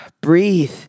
breathe